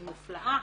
מופלאה,